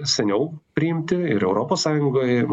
seniau priimti ir europos sąjungoj